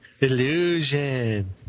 Illusion